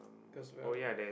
cause well